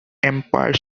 empire